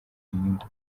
inyungu